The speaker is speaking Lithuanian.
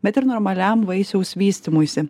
bet ir normaliam vaisiaus vystymuisi